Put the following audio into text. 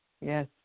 Yes